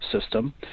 system